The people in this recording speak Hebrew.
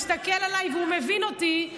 הוא מסתכל עליי והוא מבין אותי.